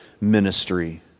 ministry